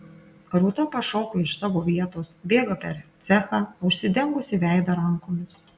rūta pašoka iš savo vietos bėga per cechą užsidengusi veidą rankomis